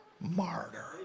martyr